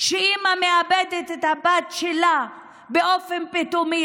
שאימא מאבדת את הבת שלה באופן פתאומי,